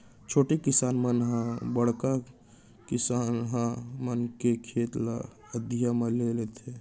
छोटे किसान मन ह बड़का किसनहा मन के खेत ल अधिया म ले लेथें